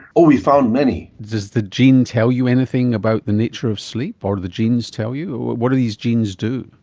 we've found many. does the gene tell you anything about the nature of sleep or do the genes tell you? what do these genes do?